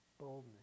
boldness